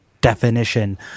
definition